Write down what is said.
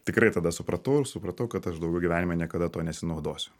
tikrai tada supratau ir supratau kad aš daugiau gyvenime niekada tuo nesinaudosiu